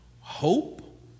hope